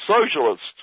socialists